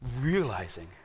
realizing